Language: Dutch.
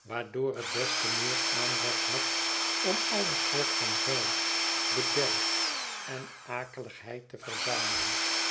waardoor het des te meer aanleg had om alle soort van vuil bederf en akeligheid te verzamelen